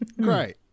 Great